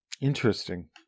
Interesting